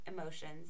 emotions